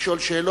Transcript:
יש לנו שאילתות